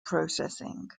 processing